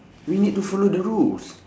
we need to follow the rules